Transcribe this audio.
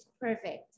perfect